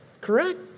Correct